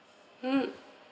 mm